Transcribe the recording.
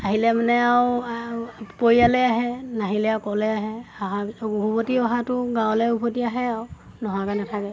আহিলে মানে আৰু পৰিয়ালে আহে নাহিলে আৰু অক'লে আহে অহা উভতি অহাটো গাঁৱলৈ উভতি আহে আৰু নোহোৱাকৈ নাথাকে